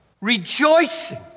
rejoicing